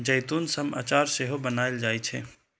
जैतून सं अचार सेहो बनाएल जाइ छै